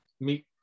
meet